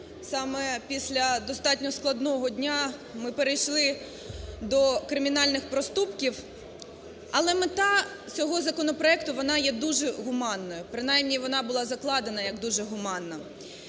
саме після достатньо складного дня ми перейшли до кримінальних проступків, але мета цього законопроекту вона є дуже гуманною, принаймні вона була закладена як дуже гуманна.